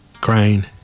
crying